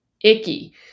icky